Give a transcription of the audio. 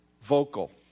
vocal